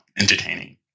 Entertaining